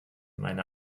meine